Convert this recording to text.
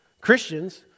Christians